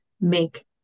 make